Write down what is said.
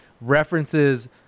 references